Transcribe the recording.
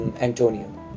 Antonio